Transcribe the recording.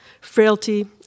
frailty